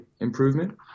improvement